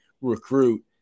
recruit